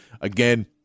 Again